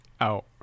out